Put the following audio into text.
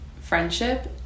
friendship